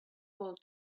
called